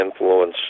influence